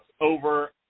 over